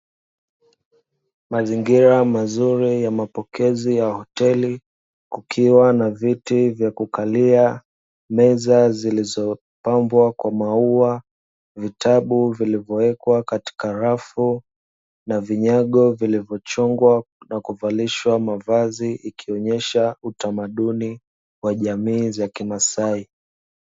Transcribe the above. Mazingira mazuri ya mapokezi ya hoteli, kukiwa na viti vya kukalia, meza zilizopambwa kwa maua, vitabu vilivowekwa katika rafu na vinyago vilivyochongwa na kuvalishwa mavazi, ikionyesha utamaduni wa jamii za Kimasai.